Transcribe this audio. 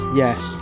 yes